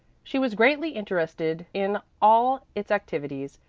she was greatly interested in all its activities,